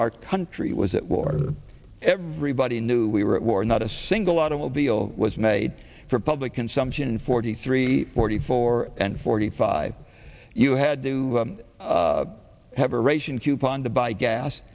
our country was at war everybody knew we were at war not a single automobile was made for public consumption forty three forty four and forty five you had to have a ration coupons to buy gas